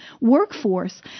workforce